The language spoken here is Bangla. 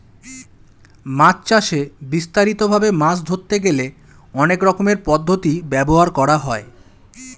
মাছ চাষে বিস্তারিত ভাবে মাছ ধরতে গেলে অনেক রকমের পদ্ধতি ব্যবহার করা হয়